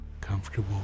comfortable